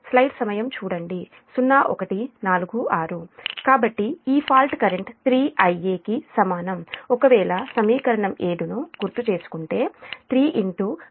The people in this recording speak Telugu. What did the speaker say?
కాబట్టి ఈ ఫాల్ట్ కరెంట్ 3 Ia కి సమానం ఒకవేళ సమీకరణ 7 గుర్తుచేసుకుంటే 3 j0